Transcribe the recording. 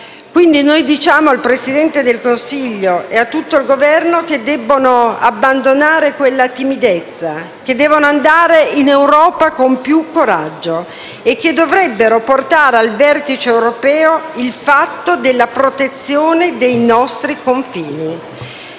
Quindi noi diciamo al Presidente del Consiglio e a tutto il Governo che debbono abbandonare la timidezza, che debbono andare in Europa con più coraggio e che dovrebbero portare al vertice europeo il tema della protezione dei nostri confini.